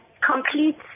Complete